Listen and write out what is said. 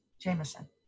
Jameson